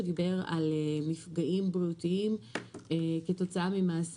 שדיבר על מפגעים בריאותיים כתוצאה ממעשה